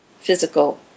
physical